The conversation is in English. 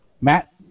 Matt